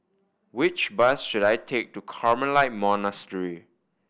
which bus should I take to Carmelite Monastery